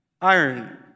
iron